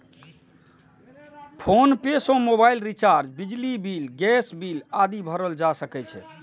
PhonePe सं mobile recharge, बिजली bill, gas bill आदि भरल जा सकै छै